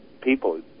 people